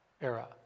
Era